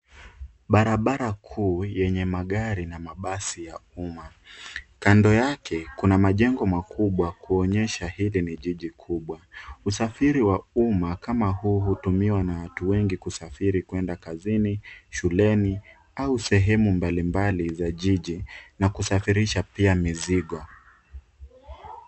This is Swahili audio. Barabara kuu yenye magari na mabasi ya umma. Kando yake kuna majengo makubwa kuonyesha hili ni jiji kubwa. Usafiri wa umma kama huu hutumiwa na watu wengi kusafiri kwenda kazini, shuleni, au sehemu mbalimbali za jiji na kusafirisha pia mizigo.